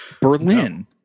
Berlin